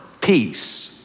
peace